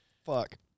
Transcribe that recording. fuck